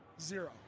Zero